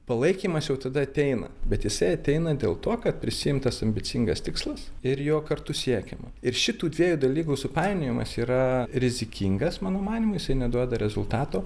palaikymas jau tada ateina bet jisai ateina dėl to kad prisiimtas ambicingas tikslas ir jo kartu siekiama ir šitų dviejų dalykų supainiojimas yra rizikingas mano manymu jisai neduoda rezultato